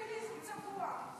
זה פמיניזם צבוע.